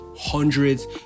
Hundreds